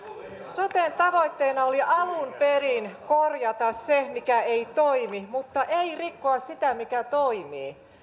soten tavoitteena oli alun perin korjata se mikä ei toimi mutta ei rikkoa sitä mikä toimii